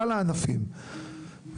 כלל הענפים.